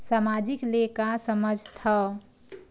सामाजिक ले का समझ थाव?